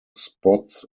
spots